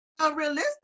unrealistic